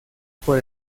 por